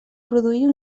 produir